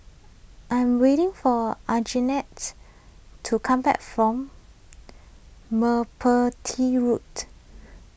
I am waiting for Anjanette to come back from Merpati Road